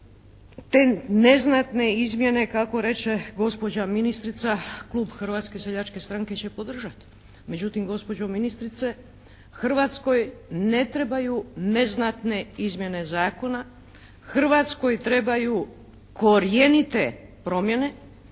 te neznatne izmjene kako reče gospođa ministrica klub Hrvatske seljačke stranke će podržati. Međutim, gospođo ministrice Hrvatskoj ne trebaju neznatne izmjene zakona, Hrvatskoj trebaju korjenite promjene